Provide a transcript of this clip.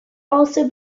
also